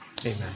Amen